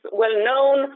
well-known